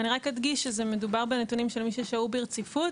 אני רק אדגיש שמדובר בנתונים של מי ששהו ברציפות.